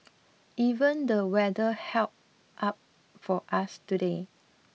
even the weather held up for us today